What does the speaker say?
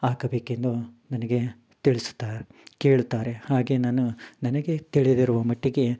ಹಾಕಬೇಕೆಂದು ನನಗೆ ತಿಳಿಸುತ್ತಾರೆ ಕೇಳುತ್ತಾರೆ ಹಾಗೆ ನಾನು ನನಗೆ ತಿಳಿದಿರುವಮಟ್ಟಿಗೆ